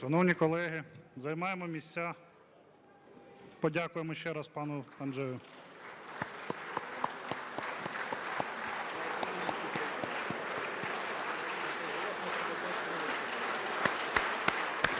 Шановні колеги, займаємо місця. Подякуємо ще раз пану Анджею.